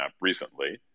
recently